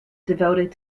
devoted